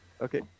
Okay